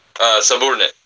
Subordinate